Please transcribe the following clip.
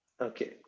Okay